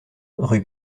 rue